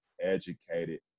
educated